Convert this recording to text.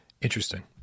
interesting